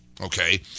okay